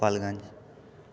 Gopalganj